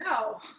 no